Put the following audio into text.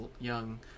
young